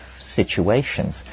situations